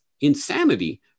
insanity